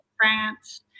France